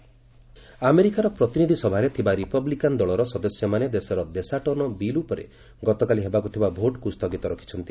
US immigration bill ଆମେରିକାର ପ୍ରତିନିଧି ସଭାରେ ଥିବା ରିପବ୍ଲିକାନ୍ ଦଳର ସଦସ୍ୟମାନେ ଦେଶର ଦେଶାଟନ ବିଲ୍ ଉପରେ ଗତକାଲି ହେବାକୁ ଥିବା ଭୋଟ୍କୁ ସ୍ଥଗିତ ରଖିଛନ୍ତି